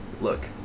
look